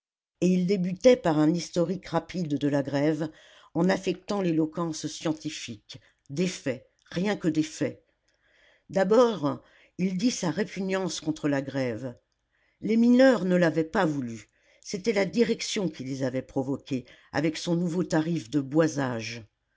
et il débutait par un historique rapide de la grève en affectant l'éloquence scientifique des faits rien que des faits d'abord il dit sa répugnance contre la grève les mineurs ne l'avaient pas voulue c'était la direction qui les avait provoqués avec son nouveau tarif de boisage